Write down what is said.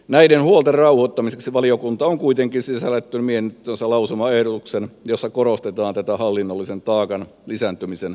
näiden huolten rauhoittamiseksi valiokunta on kuitenkin sisällyttänyt mietintöönsä lausumaehdotuksen jossa korostetaan tätä hallinnollisen taakan lisääntymisen välttämistä